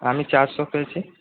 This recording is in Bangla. আমি চারশো পেয়েছি